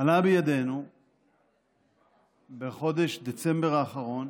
עלה בידינו בחודש דצמבר האחרון